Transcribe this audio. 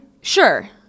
Sure